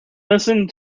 listened